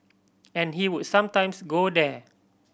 and he would sometimes go there